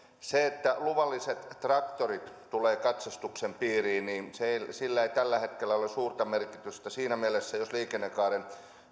sillä että luvalliset traktorit tulevat katsastuksen piiriin ei tällä hetkellä ole suurta merkitystä siinä mielessä jos liikennekaaren